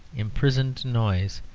imprisoned noise,